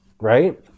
right